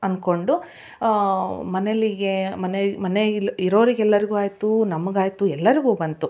ಅನ್ಕೊಂಡು ಮನೆಯಲಿಗ ಮನೆ ಮನೆಯಲ್ ಇರೋರಿಗೆ ಎಲ್ಲರಿಗೂ ಆಯಿತು ನಮ್ಗೆ ಆಯಿತು ಎಲ್ಲರಿಗೂ ಬಂತು